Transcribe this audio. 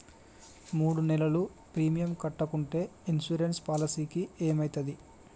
మూడు నెలలు ప్రీమియం కట్టకుంటే ఇన్సూరెన్స్ పాలసీకి ఏమైతది?